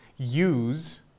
use